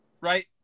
Right